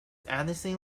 anything